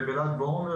ובל"ג בעומר,